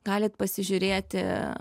galit pasižiūrėti